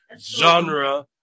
genre